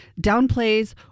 downplays